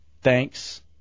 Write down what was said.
thanks